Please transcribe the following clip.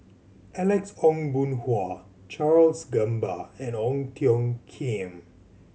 Alex Ong Boon Hau Charles Gamba and Ong Tiong Khiam